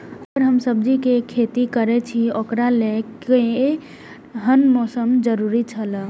अगर हम सब्जीके खेती करे छि ओकरा लेल के हन मौसम के जरुरी छला?